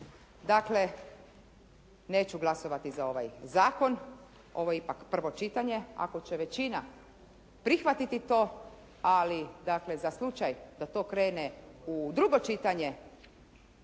Dakle, neću glasovati za ovaj zakon, ovo je ipak prvo čitanje, ako će većina prihvatiti to, ali dakle, za slučaj da to krene u drugo čitanje